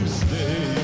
stay